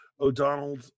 O'Donnell